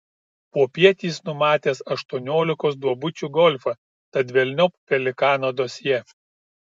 popiet jis numatęs aštuoniolikos duobučių golfą tad velniop pelikano dosjė